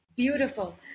Beautiful